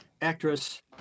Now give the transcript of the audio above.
Actress